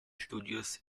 studios